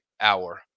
hour